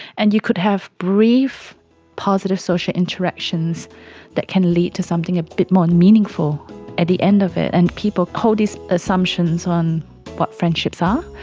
and you could have brief positive social interactions that can lead to something a bit more meaningful at the end of it. and people hold these assumptions on what friendships are.